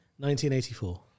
1984